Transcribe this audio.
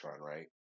right